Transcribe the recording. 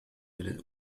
einen